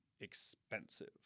expensive